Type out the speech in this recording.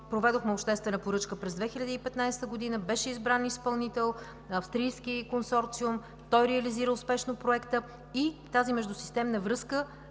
проведохме обществена поръчка през 2015 г., беше избран изпълнител – австрийски консорциум, който реализира успешно Проекта и тази междусистемна връзка